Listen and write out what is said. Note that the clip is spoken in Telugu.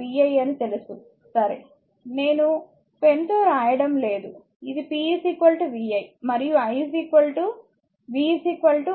vi అని తెలుసు సరే నేను పెన్తో వ్రాయడం లేదు ఇది p vi మరియు v iR అని అర్ధమవుతుంది